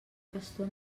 pastor